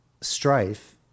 strife